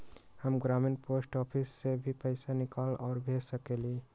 हम ग्रामीण post office से भी पैसा निकाल और भेज सकेली?